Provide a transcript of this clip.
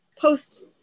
post